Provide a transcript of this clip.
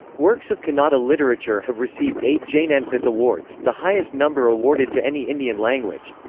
works of kannada literature have received eight jnanpith awards, the highest number awarded to any indian language.